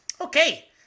Okay